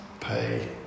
pay